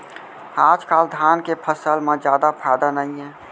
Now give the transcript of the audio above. आजकाल धान के फसल म जादा फायदा नइये